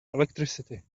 electricity